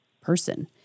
person